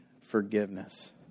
forgiveness